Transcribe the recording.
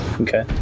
okay